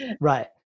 Right